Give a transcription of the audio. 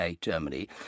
Germany